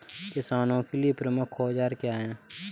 किसानों के लिए प्रमुख औजार क्या हैं?